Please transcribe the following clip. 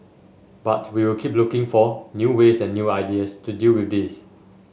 but we will keep looking for new ways and new ideas to deal with this